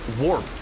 Warp